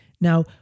now